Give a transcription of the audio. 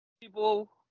people